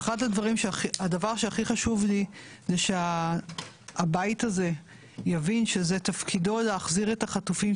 הדבר שהכי חשוב לי זה שהבית הזה יבין שזה תפקידו להחזיר את החטופים,